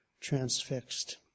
transfixed